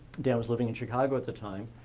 dan was living in chicago at the time,